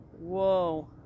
Whoa